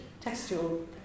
Textual